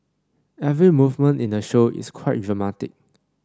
every movement in the show is quite dramatic